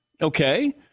Okay